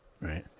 right